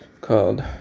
called